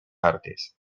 artes